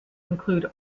include